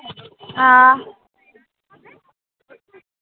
हां